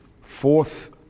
fourth